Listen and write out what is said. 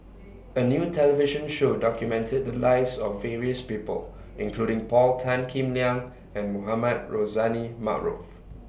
A New television Show documented The Lives of various People including Paul Tan Kim Liang and Mohamed Rozani Maarof